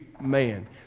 man